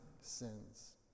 sins